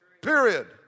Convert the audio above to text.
Period